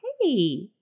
Hey